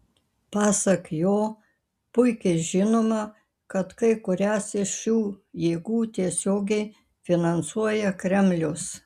pasak jo puikiai žinoma kad kai kurias iš šių jėgų tiesiogiai finansuoja kremlius